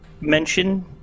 mention